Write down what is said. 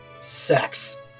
sex